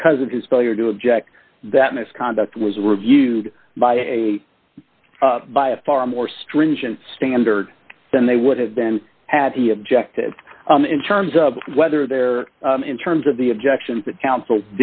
because of his failure to object that misconduct was reviewed by a by a far more stringent standard than they would have been had he objected in terms of whether they're in terms of the objections that counsel